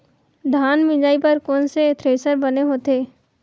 धान मिंजई बर कोन से थ्रेसर बने होथे?